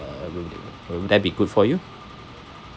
will will that be good for you